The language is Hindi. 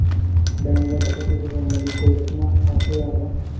बैंक में डकैती से संबंधित कोई घटना आपको याद है?